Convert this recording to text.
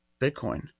Bitcoin